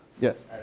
Yes